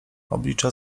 oblicza